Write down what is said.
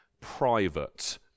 private